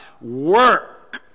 Work